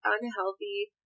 unhealthy